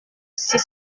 six